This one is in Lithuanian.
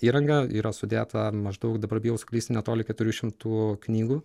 įranga yra sudėta maždaug dabar bijau suklysti netoli keturių šimtų knygų